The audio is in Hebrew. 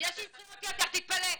יש לי זכויות יתר, תתפלא.